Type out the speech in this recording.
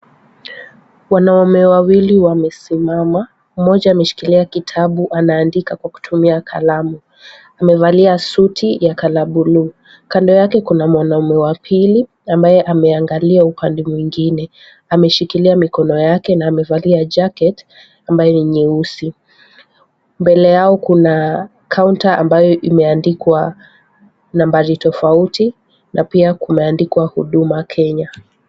Wanaume wawili wamesimama. Mmoja ameshikilia kitabu anaandika kwa kutumia kalamu. Amevalia suti la color bluu. Kando yake kuna mwanaume wa pili ambaye ameangalia upande mwingine. Ameshikilia mikono yake na amevalia jacket ambayo ni nyeusi. Mbele yao kuna kaunta ambayo imeandikwa nambari tofauti na pia kumeandikwa huduma Kenya.